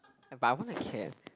but I want a cat